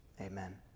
amen